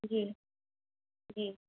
جی جی